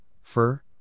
fur